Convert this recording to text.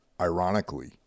Ironically